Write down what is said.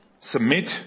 Submit